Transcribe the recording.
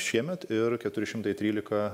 šiemet ir keturi šimtai trylika